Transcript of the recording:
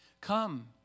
Come